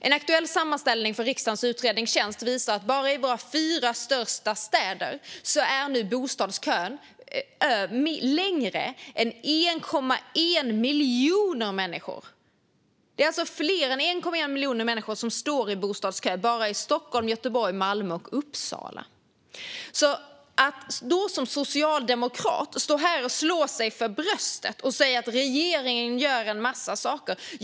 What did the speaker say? En aktuell sammanställning från riksdagens utredningstjänst visar bara i våra fyra största städer är nu bostadskön längre än 1,1 miljoner människor. Det är alltså fler än 1,1 miljoner människor som står i bostadskö bara i Stockholm, Göteborg, Malmö och Uppsala. Då står Johan Löfstrand som socialdemokrat här och slår sig för bröstet och säger att regeringen gör en massa saker.